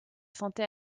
santé